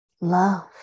love